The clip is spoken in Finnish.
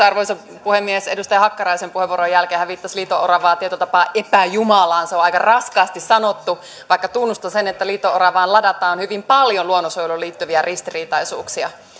arvoisa puhemies edustaja hakkaraisen puheenvuoron jälkeen hän viittasi liito oravaan tietyllä tapaa epäjumalana se on aika raskaasti sanottu vaikka tunnustan sen että liito oravaan ladataan hyvin paljon luonnonsuojeluun liittyviä ristiriitaisuuksia